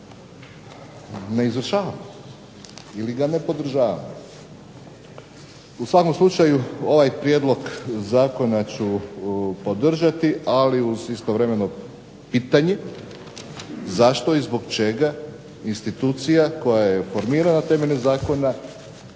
ne izvršavamo ili ga ne podržavamo. U svakom slučaju ovaj Prijedlog zakona ću podržati ali uz istovremeno pitanje zašto i zbog čega institucija koja je formirana temeljem zakona